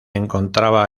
encontraba